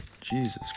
Jesus